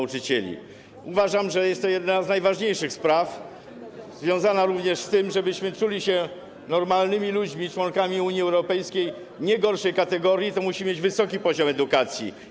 Uważam, że jest to jedna z najważniejszych spraw, związana również z tym, że abyśmy czuli się normalnymi ludźmi, członkami Unii Europejskiej nie gorszej kategorii, musimy mieć wysoki poziom edukacji.